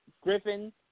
Griffin